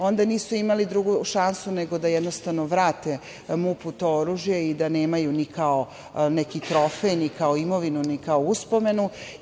Onda nisu imali drugu šansu nego da jednostavno vrate MUP-u to oružje i da nemaju ni kao neki trofej, ni kao imovinu, ni kao uspomenu.